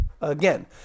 again